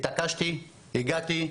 התעקשתי, הגעתי,